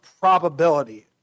probability